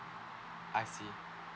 I see